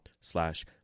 slash